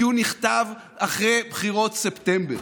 כי הוא נכתב אחרי בחירות ספטמבר.